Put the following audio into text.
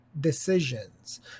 decisions